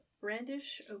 brandish